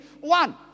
one